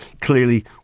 clearly